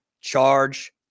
charge